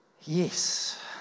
Yes